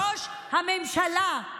ראש הממשלה,